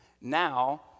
Now